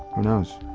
who knows?